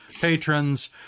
patrons